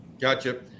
Gotcha